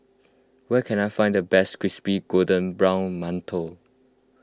where can I find the best Crispy Golden Brown Mantou